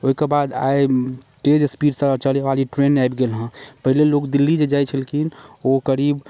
एहिके बाद आइ तेज स्पीडसँ चलै बाली ट्रेन आबि गेल हँ पहिले लोग दिल्ली जे जाइत छलखिन ओ करीब